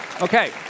Okay